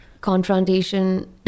confrontation